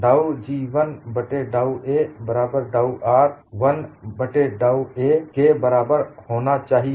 डाउ G 1 बट्टे डाउ a बराबर डाउ R 1 बट्टे डाउ a dou G 1 by dou a भी dou R 1 by dou a के बराबर होना चाहिए